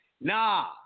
Nah